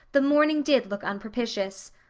the morning did look unpropitious.